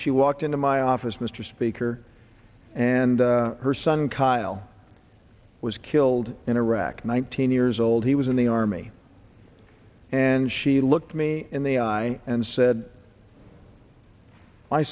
she walked into my office mr speaker and her son kyle was killed in iraq nineteen years old he was in the army and she looked me in the eye and said my